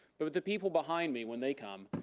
but with the people behind me, when they come,